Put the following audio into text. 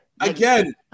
Again